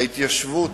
ההתיישבות,